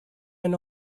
and